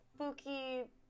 Spooky